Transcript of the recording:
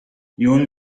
ion